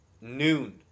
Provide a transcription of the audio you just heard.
noon